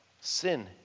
sin